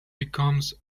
becomes